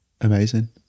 amazing